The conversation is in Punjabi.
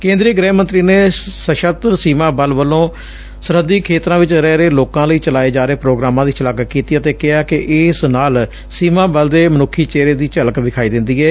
ਕੇਂਦਰੀ ਗ੍ਹਿ ਮੰਤਰੀ ਨੇ ਸਸ਼ਤੱਰ ਸੀਮਾ ਬਲ ਵੱਲੋਂ ਸਰਹੱਦੀ ਖੇਤਰਾਂ ਵਿਚ ਰਹਿ ਰਹੇ ਲੋਕਾਂ ਲਈ ਚਲਾਏ ਜਾ ਰਹੇ ਪ੍ਰੋਗਰਾਮਾਂ ਦੀ ਸ਼ਲਾਘਾ ਕੀਤੀ ਅਤੇ ਕਿਹਾ ਕਿ ਇਸ ਨਾਲ ਸੀਮਾ ਬਲ ਦੇ ਮਨੁੱਖੀ ਚਿਹਰੇ ਦੀ ਝਲਕ ਵਿਖਾਈ ਦਿੰਦੀ ਏ